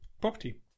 property